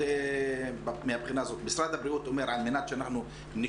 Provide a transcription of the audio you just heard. בהנחה שלא עושים כלום,